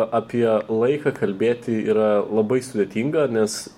apie laiką kalbėti yra labai sudėtinga nes